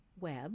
web